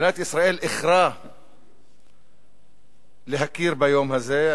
מדינת ישראל איחרה להכיר ביום הזה.